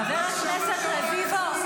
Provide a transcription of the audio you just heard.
--- חבר הכנסת רביבו,